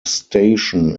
station